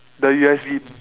the U_S_B